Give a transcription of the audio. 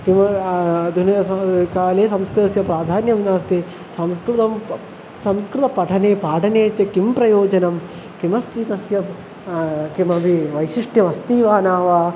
किम् आधुनिकं काले संस्कृतस्य प्राधान्यं नास्ति संस्कृतं संस्कृतपठने पाठने च किं प्रयोजनं किमस्ति तस्य किमपि वैशिष्ट्यमस्ति वा न वा